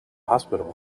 hospital